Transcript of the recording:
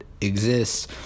exists